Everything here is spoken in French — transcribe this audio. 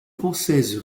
française